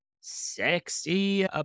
sexy